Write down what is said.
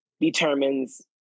determines